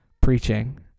preaching